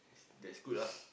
that's good ah